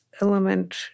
element